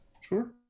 sure